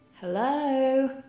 Hello